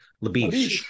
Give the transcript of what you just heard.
Labiche